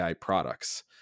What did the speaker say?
products